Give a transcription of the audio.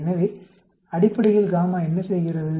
எனவே அடிப்படையில் γ என்ன செய்கிறது